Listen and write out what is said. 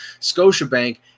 Scotiabank